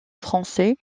français